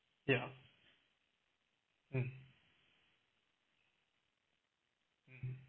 ya um